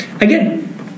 again